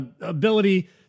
ability